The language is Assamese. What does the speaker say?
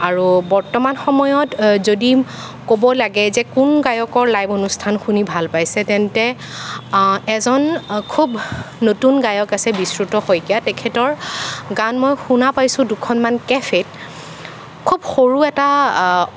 আৰু বৰ্তমান সময়ত যদি ক'ব লাগে যে কোন গায়কৰ লাইভ অনুষ্ঠান শুনি ভাল পাইছে তেন্তে এজন খুব নতুন গায়ক আছে বিশ্ৰুত শইকীয়া তেখেতৰ গান মই শুনা পাইছোঁ দুখনমান কেফেত খুব সৰু এটা